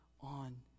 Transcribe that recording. on